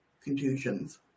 Contusions